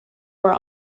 were